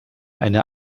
eine